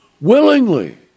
Willingly